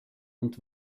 und